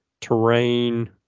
terrain